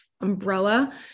umbrella